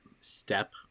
step